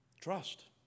Trust